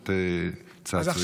מכירות צעצועים.